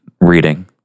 reading